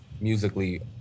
musically